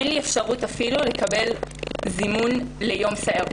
אין לי אפשרות אפילו לקבל זימון ליום סערות.